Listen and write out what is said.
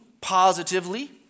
positively